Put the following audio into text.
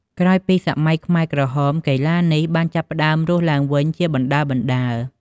ក្រោយពីសម័យខ្មែរក្រហម កីឡានេះបានចាប់ផ្តើមរស់ឡើងវិញជាបណ្តើរៗ។